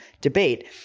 debate